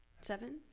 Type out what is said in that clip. Seven